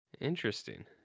Interesting